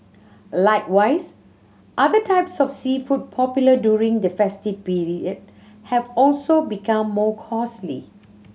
likewise other types of seafood popular during the festive period have also become more costly